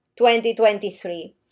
2023